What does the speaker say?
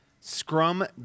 Scrum